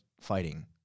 fighting